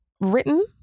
written